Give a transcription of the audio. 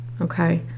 okay